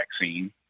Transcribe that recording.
vaccine